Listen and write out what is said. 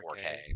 4k